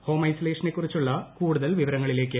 home ഐസൊലേഷനെ കുറിച്ചുള്ള കൂടുതൽ വിവരങ്ങളിലേക്ക്